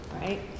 right